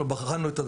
אנחנו בחנו את זה,